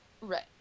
Right